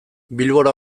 bilbora